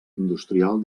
industrial